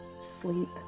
sleep